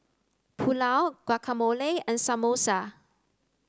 Pulao Guacamole and Samosa